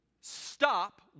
Stop